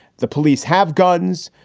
the police have guns.